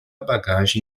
bagagem